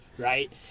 Right